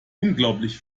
unglaublich